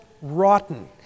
rotten